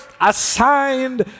assigned